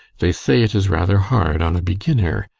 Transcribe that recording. they say it is rather hard on a beginner,